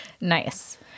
Nice